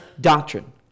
doctrine